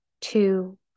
two